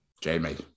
Jamie